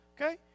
okay